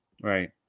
Right